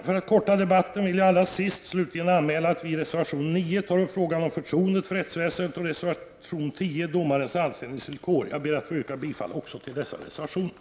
För att korta debatten vill jag slutligen bara anmäla att vi moderater i reservation 9 tar upp frågan om förtroende för rättsväsendet och i reservation 10 frågan om domares anställningsvillkor. Jag yrkar bifall också till dessa reservationer.